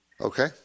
Okay